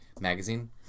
Magazine